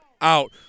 out